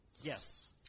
Yes